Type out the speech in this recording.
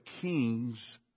kings